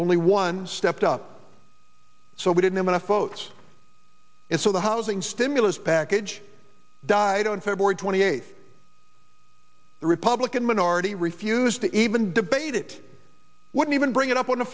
only one stepped up so we didn't have enough votes and so the housing stimulus package died on february twenty eighth the republican minority refused to even wait it wasn't even bring it up on the